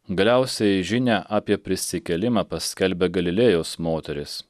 galiausiai žinią apie prisikėlimą paskelbė galilėjos moterys